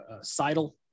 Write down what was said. Seidel